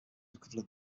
equivalent